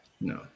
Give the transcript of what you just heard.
No